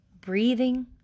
breathing